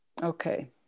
Okay